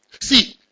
see